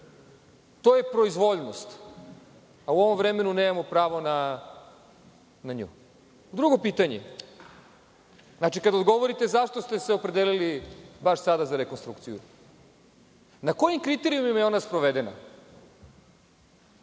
To je proizvoljnost, a u ovom vremenu nemamo pravo na nju. Drugo pitanje, znači, kada odgovorite zašto ste se opredelili baš sad za rekonstrukciju - na kojim kriterijumima je ona sprovedena?